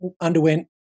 underwent